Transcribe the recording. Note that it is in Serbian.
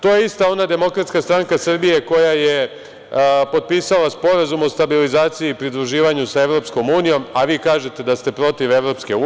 To je ista ona DSS koja je potpisala Sporazum o stabilizaciji i pridruživanju sa EU, a vi kažete da ste protiv EU.